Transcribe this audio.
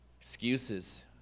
Excuses